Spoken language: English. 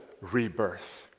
rebirth